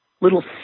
little